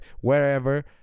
wherever